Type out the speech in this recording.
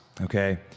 Okay